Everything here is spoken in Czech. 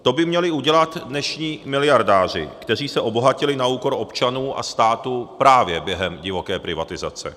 To by měli udělat dnešní miliardáři, kteří se obohatili na úkor občanů a státu právě během divoké privatizace.